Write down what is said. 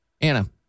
Anna